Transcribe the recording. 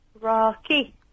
Rocky